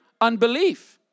unbelief